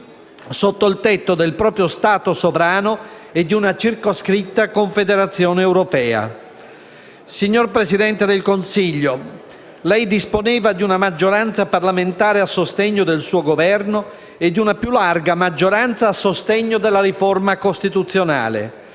Signor Presidente del Consiglio, lei disponeva di una maggioranza parlamentare a sostegno del suo Governo e di una più larga maggioranza a sostegno della riforma costituzionale.